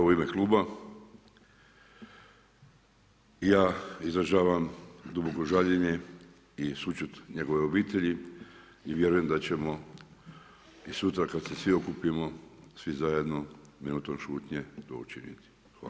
U ime kluba ja izražavam duboko žaljenje i sućut njegovoj obitelji i vjerujem da ćemo i sutra kad se svi okupimo, svi zajedno minutom šutnje to učiniti.